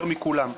יותר מכולם.